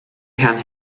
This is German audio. herrn